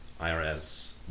IRS